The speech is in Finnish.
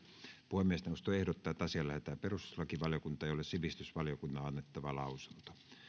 puhemiesneuvosto ehdottaa että asia lähetetään perustuslakivaliokuntaan jolle sivistysvaliokunnan on annettava lausunto